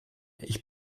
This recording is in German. ich